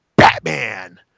Batman